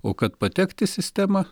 o kad patekt į sistemą